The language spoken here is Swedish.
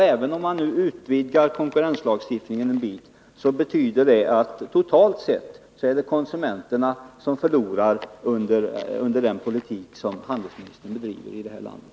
Även om man utvidgar konkurrenslagstiftningen något, betyder det totalt sett att konsumenterna förlorar, till följd av den politik som handelsministern bedriver i det här landet.